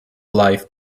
life